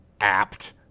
apt